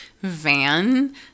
van